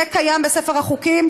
זה קיים בספר החוקים.